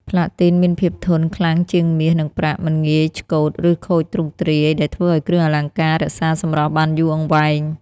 ផ្លាទីនមានភាពធន់ខ្លាំងជាងមាស និងប្រាក់ មិនងាយឆ្កូត ឬខូចទ្រង់ទ្រាយ ដែលធ្វើឱ្យគ្រឿងអលង្ការរក្សាសម្រស់បានយូរអង្វែង។